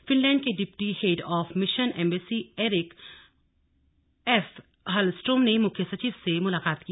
Finland के deputy head of mission embassy Erik af Hallstrom ने मुख्य सचिव से मुलाकात की